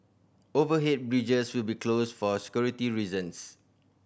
overhead bridges will be closed for security reasons